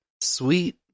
sweet